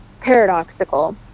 paradoxical